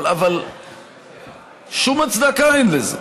אבל שום הצדקה אין לזה.